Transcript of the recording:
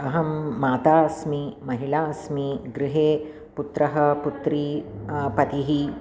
अहं माता अस्मि महिला अस्मि गृहे पुत्रः पुत्री पतिः